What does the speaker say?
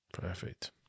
Perfect